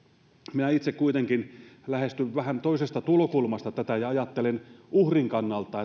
minä itse kuitenkin lähestyn vähän toisesta tulokulmasta tätä ja ajattelen tätä uhrin kannalta